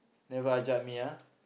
never ajak me ah